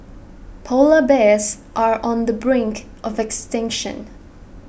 Polar Bears are on the brink of extinction